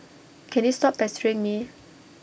can you stop pestering me